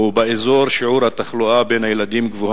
ובאזור שיעור התחלואה בקרב הילדים גבוה